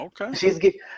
Okay